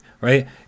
right